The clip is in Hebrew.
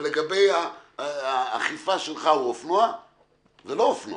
אבל לגבי האכיפה שלך, הוא אופנוע?